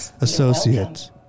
associates